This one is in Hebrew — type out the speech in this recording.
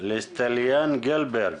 לסטיליאן גלברג.